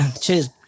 Cheers